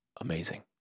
Amazing